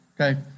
okay